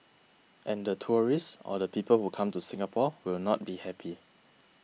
and the tourists or the people who come to Singapore will not be happy